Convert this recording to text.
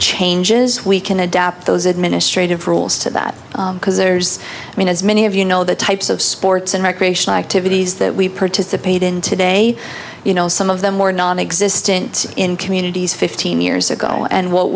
changes we can adapt those administrative rules to that because there's i mean as many of you know the types of sports and recreational activities that we participate in today you know some of them were non existent in communities fifteen years ago and what